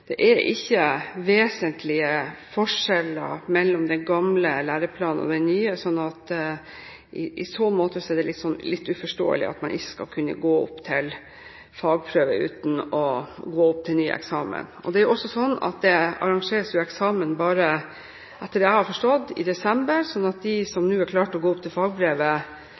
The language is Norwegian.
vesentlige forskjeller mellom den gamle læreplanen og den nye, så i så måte er det litt uforståelig at man ikke skal kunne gå opp til fagprøve uten å gå opp til ny eksamen. Det er også sånn at det arrangeres eksamen bare – etter det jeg har forstått – i desember, sånn at de som nå er klare til å gå opp til